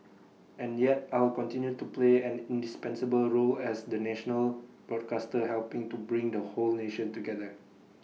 and yet I'll continue to play an indispensable role as the national broadcaster helping to bring the whole nation together